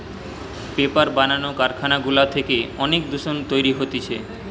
paper বানানো কারখানা গুলা থেকে অনেক দূষণ তৈরী হতিছে